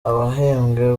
abahembwe